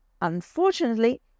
Unfortunately